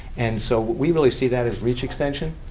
and so, we really see that as reach extension.